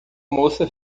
moça